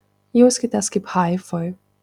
jauskitės kaip haifoj